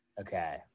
Okay